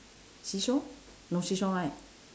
seesaw no seesaw right